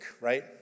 right